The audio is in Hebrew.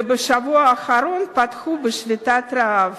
ובשבוע האחרון פתחו בשביתת רעב